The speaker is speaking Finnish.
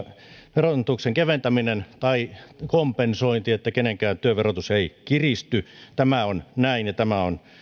verotuksen keventäminen tai kompensointi jotta kenenkään työn verotus ei kiristy tämä on näin ja tämä on